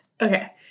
Okay